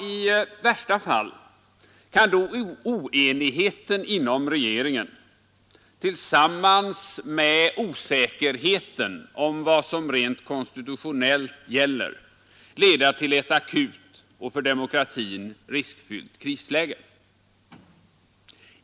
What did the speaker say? I värsta fall kan då oenigheten inom regeringen tillsammans med osäkerheten om vad som rent konstitutionellt gäller leda till ett akut och för demokratin riskfyllt krisläge.